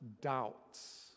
doubts